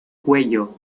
cuello